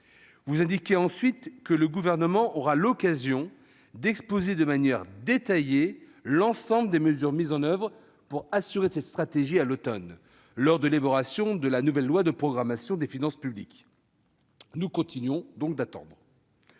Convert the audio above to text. Vous indiquez ensuite que « le Gouvernement aura l'occasion d'exposer de manière détaillée l'ensemble des mesures mises en oeuvre pour assurer cette stratégie à l'automne, lors de l'élaboration de la nouvelle loi de programmation des finances publiques ». Nous continuerons donc d'attendre.